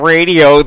Radio